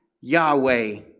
Yahweh